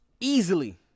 easily